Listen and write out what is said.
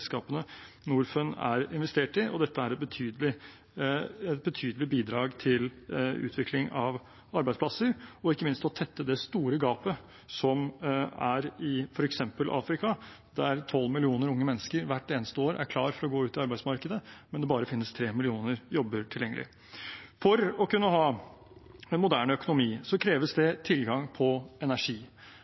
selskapene Norfund har investert i. Dette er et betydelig bidrag til utvikling av arbeidsplasser og ikke minst til å tette det store gapet som er i f.eks. Afrika, der tolv millioner unge mennesker hvert eneste år er klare for å gå ut i arbeidsmarkedet, mens det bare finnes tre millioner jobber tilgjengelig. For å kunne ha en moderne økonomi kreves det tilgang på energi.